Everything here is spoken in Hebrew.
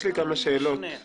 יש לי כמה שאלות הבהרה.